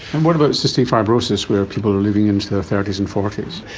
and what about cystic fibrosis where people are living into their thirty s and forty s?